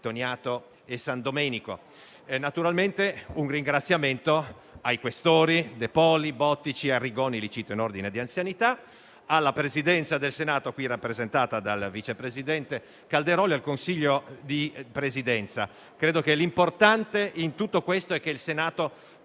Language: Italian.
grazie a tutti